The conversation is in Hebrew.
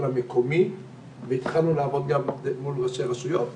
המקומי והתחלנו לעבוד גם מול ראשי הרשויות המקומיות.